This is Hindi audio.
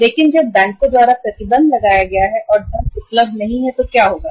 लेकिन जब बैंकों द्वारा प्रतिबंध लगाया गया है और धन उपलब्ध नहीं है तो क्या होगा